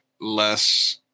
less